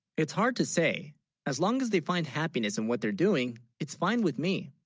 it's hard to say as long as they find happiness in what they're, doing it's fine with, me